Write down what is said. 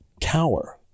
Tower